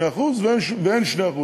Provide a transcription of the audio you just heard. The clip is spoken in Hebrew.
2% ואין 2%,